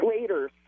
later